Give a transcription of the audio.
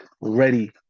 ready